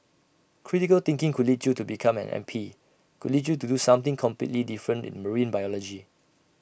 critical thinking could lead you to become an M P could lead you to do something completely different in marine biology